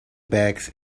bags